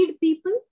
people